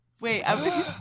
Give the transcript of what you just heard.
Wait